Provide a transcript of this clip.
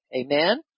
amen